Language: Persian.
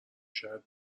شاید